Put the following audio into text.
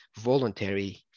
voluntary